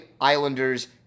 Islanders